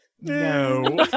no